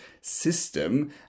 System